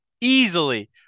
easily